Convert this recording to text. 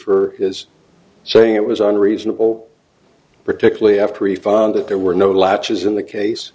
for is saying it was unreasonable particularly after he found that there were no lapses in the case